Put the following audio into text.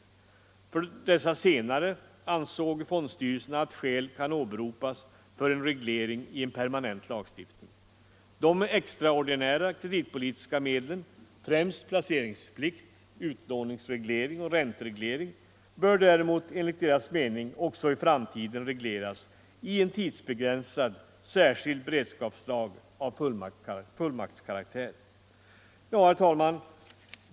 Beträffande dessa senare anser fondstyrelserna att skäl kan åberopas för en reglering i en permanent lagstiftning. De extraordinära kreditpolitiska medlen, främst placeringsplikt, utlåningsreglering och räntereglering, bör däremot enligt deras mening också i framtiden regleras i en tidsbegränsad, särskild beredskapslag av fullmaktskaraktär. Herr talman!